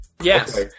Yes